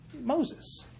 Moses